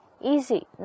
easy